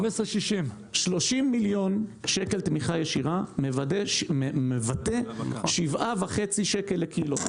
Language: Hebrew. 15.60. 30 מיליון שקל תמיכה ישירה מבטא 7.5 שקל לקילו.